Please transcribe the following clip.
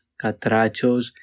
Catrachos